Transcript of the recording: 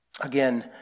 Again